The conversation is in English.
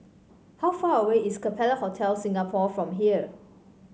how far away is Capella Hotel Singapore from here